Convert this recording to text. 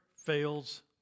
Fails